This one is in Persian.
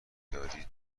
داری